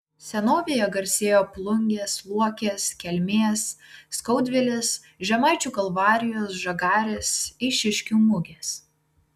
senovėje garsėjo plungės luokės kelmės skaudvilės žemaičių kalvarijos žagarės eišiškių mugės